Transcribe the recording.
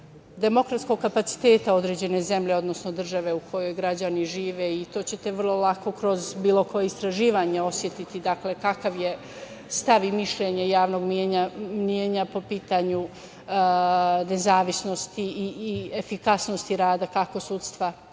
demokratskog kapaciteta određene zemlje, odnosno države u kojoj građani žive. To ćete vrlo lako kroz bilo koja istraživanja osetiti, dakle, kakav je stav i mišljenje javnog mnjenja po pitanju nezavisnosti i efikasnosti rada kako sudstva,